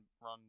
run